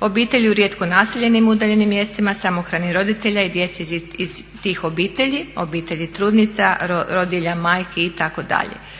obitelji u rijetko naseljenim udaljenim mjestima, samohranih roditelja i djece iz tih obitelji, obitelji trudnica, rodilja, majki itd.